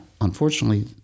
unfortunately